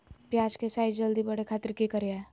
प्याज के साइज जल्दी बड़े खातिर की करियय?